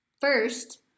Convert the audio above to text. first